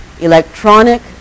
Electronic